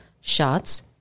shots